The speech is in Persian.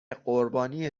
قربانی